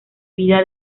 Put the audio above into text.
vida